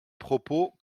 propos